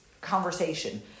conversation